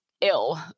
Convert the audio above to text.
ill